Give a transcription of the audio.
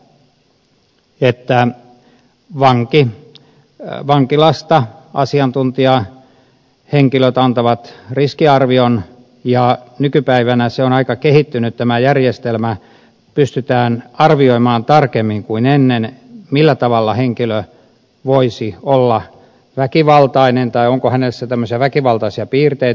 kalle jokinen totesi sitä että vankilasta asiantuntijahenkilöt antavat riskiarvion ja nykypäivänä tämä järjestelmä on aika kehittynyt pystytään arvioimaan tarkemmin kuin ennen millä tavalla henkilö voisi olla väkivaltainen tai onko hänessä tämmöisiä väkivaltaisia piirteitä